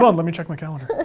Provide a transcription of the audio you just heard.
let me check my calendar.